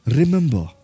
remember